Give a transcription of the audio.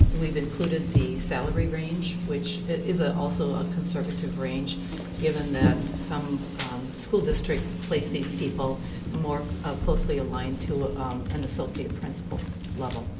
we've included the salary range, which is ah also a conservative range given that some school districts place these people more closely aligned to an associate principal level.